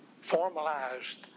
formalized